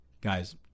Guys